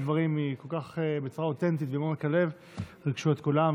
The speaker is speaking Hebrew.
הדברים בצורה כל כך אותנטית ומעומק הלב ריגש את כולם,